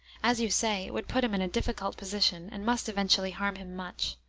as you say, it would put him in a difficult position, and must eventually harm him much.